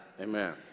Amen